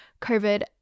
COVID